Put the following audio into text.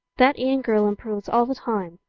that anne-girl improves all the time,